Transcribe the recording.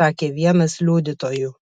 sakė vienas liudytojų